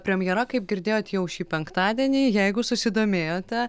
premjera kaip girdėjote jau šį penktadienį jeigu susidomėjote